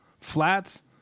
Flats